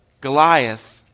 Goliath